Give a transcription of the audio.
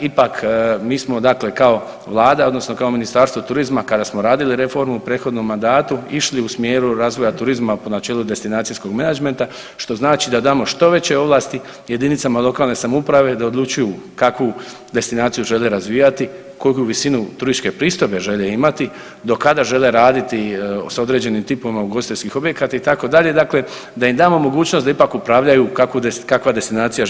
ipak mi dakle kao vlada odnosno kao Ministarstvo turizma kada smo radili reformu u prethodnom mandatu išli u smjeru razvoja turizma po načelu destinacijskog menadžmenta što znači da damo što veće ovlasti jedinicama lokalne samouprave da odlučuju kakvu destinaciju žele razvijati, koliku visinu turističke pristojbe žele imati, do kada žele raditi s određenim tipovima ugostiteljskih objekata itd., dakle da im damo mogućnost da ipak upravljaju kakvu, kakva destinacije